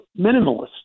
minimalist